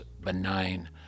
benign